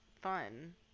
fun